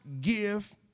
give